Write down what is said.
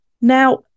Now